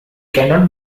cannot